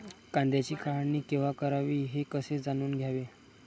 कांद्याची काढणी केव्हा करावी हे कसे जाणून घ्यावे?